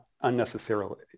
unnecessarily